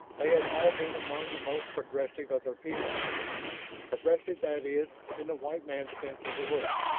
they had all been among the most progressive of their people progressive, that is, in the white man's sense of the word.